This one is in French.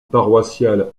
paroissiale